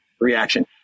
reaction